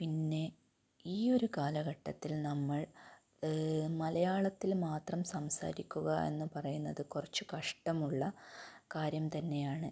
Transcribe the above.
പിന്നെ ഈ ഒരു കാലഘട്ടത്തിൽ നമ്മൾ മലയാളത്തിൽ മാത്രം സംസാരിക്കുക എന്ന് പറയുന്നത് കുറച്ച് കഷ്ടമുള്ള കാര്യം തന്നെയാണ്